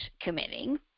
committing